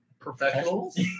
professionals